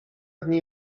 dni